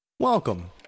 Welcome